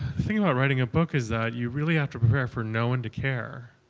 thing about writing a book is that you really have to prepare for no one to care.